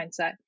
mindset